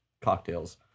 Cocktails